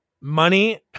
money